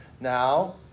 now